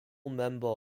member